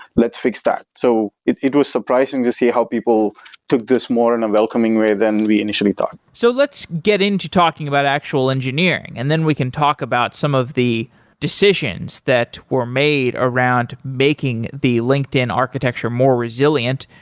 let's fix that. so it it was surprising to see how people took this more in a welcoming way than we initially thought so let's get into talking about actual engineering, and then we can talk about some of the decisions that were made around making the linkedin architecture more resilient.